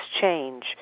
change